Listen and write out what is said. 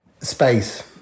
Space